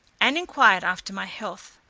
and inquired after my health.